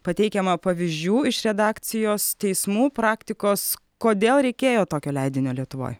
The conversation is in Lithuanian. pateikiama pavyzdžių iš redakcijos teismų praktikos kodėl reikėjo tokio leidinio lietuvoj